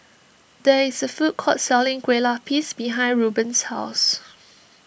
there is a food court selling Kue Lupis behind Reuben's house